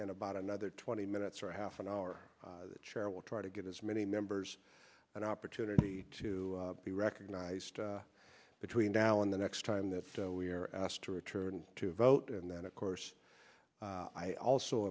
in about another twenty minutes or half an hour chair will try to get as many members an opportunity to be recognized between now and the next time that we are asked to return to vote and then of course i also